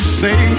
say